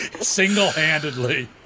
Single-handedly